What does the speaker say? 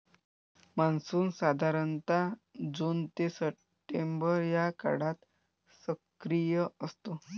monsoon साधारणतः June ते September या काळात सक्रिय असतो